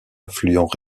affluents